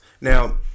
Now